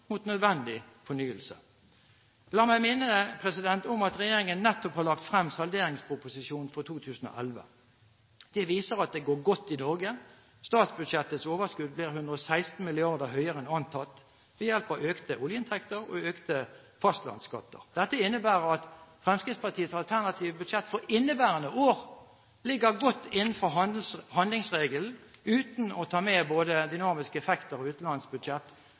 nødvendig fornyelse. La meg minne om at regjeringen nettopp har lagt frem salderingsproposisjonen for 2011. Den viser at det går godt i Norge; statsbudsjettets overskudd blir 116 mrd. kr høyere enn antatt ved hjelp av økte oljeinntekter og økte fastlandsskatter. Dette innebærer at Fremskrittspartiets alternative budsjett for inneværende år ligger godt innenfor handlingsregelen uten å ta med dynamiske effekter og